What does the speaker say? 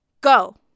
Go